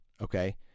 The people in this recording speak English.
okay